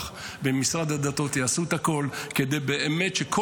ובטוח ששר הדתות ומשרד הדתות יעשו הכול כדי שבאמת כל